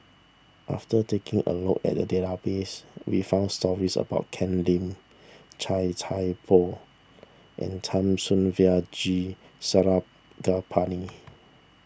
after taking a look at the database we found stories about Ken Lim Chia Thye Poh and G Sarangapani